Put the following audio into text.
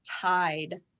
tied